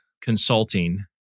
consulting